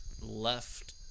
left